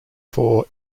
four